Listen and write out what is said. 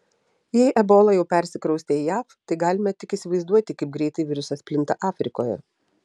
jei ebola jau persikraustė į jav tai galime tik įsivaizduoti kaip greitai virusas plinta afrikoje